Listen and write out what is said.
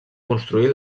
construir